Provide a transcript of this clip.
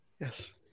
Yes